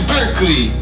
Berkeley